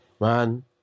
Man